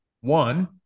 One